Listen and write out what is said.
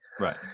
right